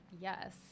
Yes